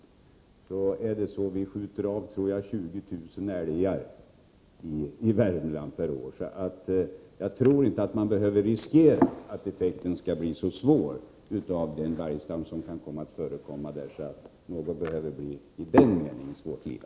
Ja, vi kan konstatera att vi skjuter av omkring 20000 älgar i Värmland per år. Jag tror därför inte att man behöver frukta att effekten skall bli så svår beträffande den vargstam som kan förekomma i Värmland att någon behöver bli svårt lidande.